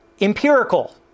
empirical